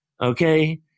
Okay